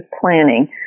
planning